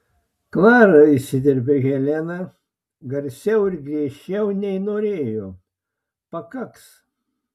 klara įsiterpia helena garsiau ir griežčiau nei norėjo pakaks